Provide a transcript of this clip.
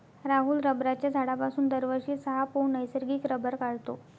राहुल रबराच्या झाडापासून दरवर्षी सहा पौंड नैसर्गिक रबर काढतो